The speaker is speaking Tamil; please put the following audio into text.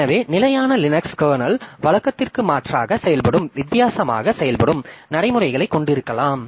எனவே நிலையான லினக்ஸ் கர்னல் வழக்கத்திற்கு மாற்றாக செயல்படும் வித்தியாசமாக செயல்படும் நடைமுறைகளை கொண்டிருக்கலாம்